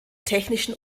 technischen